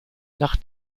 nach